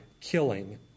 killing